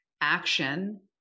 Action